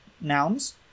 nouns